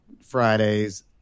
Fridays